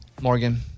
Morgan